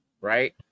right